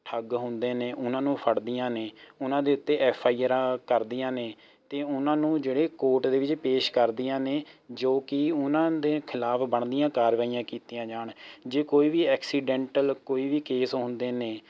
ਠੱਗ ਹੁੰਦੇ ਨੇ ਉਹਨਾਂ ਨੂੰ ਫੜਦੀਆਂ ਨੇ ਉਹਨਾਂ ਦੇ ਉੱਤੇ ਐੱਫ ਆਈ ਆਰਾਂ ਕਰਦੀਆਂ ਨੇ ਅਤੇ ਉਹਨਾਂ ਨੂੰ ਜਿਹੜੇ ਕੋਰਟ ਦੇ ਵਿੱਚ ਪੇਸ਼ ਕਰਦੀਆਂ ਨੇ ਜੋ ਕਿ ਉਹਨਾਂ ਦੇ ਖਿਲਾਫ਼ ਬਣਦੀਆਂ ਕਾਰਵਾਈਆਂ ਕੀਤੀਆਂ ਜਾਣ ਜੇ ਕੋਈ ਵੀ ਐਕਸੀਡੈਂਟਲ ਕੋਈ ਵੀ ਕੇਸ ਹੁੰਦੇ ਨੇ